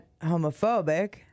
homophobic